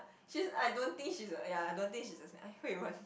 she's I don't think she's a ya I don't think she's a snake Hui-Wen